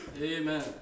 Amen